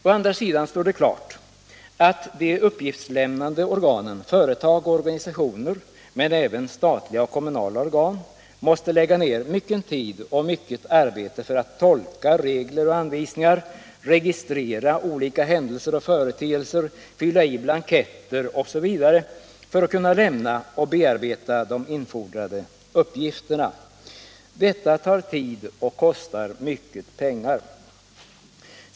Å andra sidan står det klart att de uppgiftslämnande organen, företag och organisationer men även statliga och kommunala organ, måste lägga ner mycken tid och mycket arbete för att tolka regler och anvisningar, registrera olika händelser och företeelser, fylla i blanketter osv. för att kunna lämna och bearbeta de infordrade uppgifterna. Detta tar tid och kostar mycket pengar.